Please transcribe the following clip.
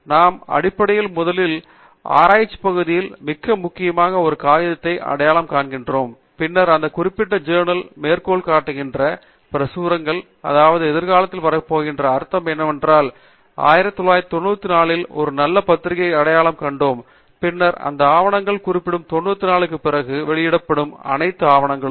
நாம் அடிப்படையில் முதலில் நமது ஆராய்ச்சிப் பகுதியில் மிக முக்கியமான ஒரு காகிதத்தை அடையாளம் காண்கிறோம் பின்னர் இந்த குறிப்பிட்ட ஜௌர்னல்ஸ் மேற்கோள் காட்டுகிற எல்லாப் பிரசுரங்களையும் அதாவது எதிர்காலத்தில் வரப்போவதாக அர்த்தம் என்னவென்றால் 1994ல் ஒரு நல்ல பத்திரிகை அடையாளம் கண்டோம் பின்னர் இந்த ஆவணங்களைக் குறிப்பிடும் 94 க்குப் பிறகு வெளியிடப்படும் அனைத்து ஆவணங்களும்